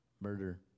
murder